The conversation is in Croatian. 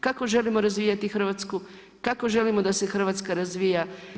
Kako želimo razvijati Hrvatsku, kako želimo da se Hrvatska razvija?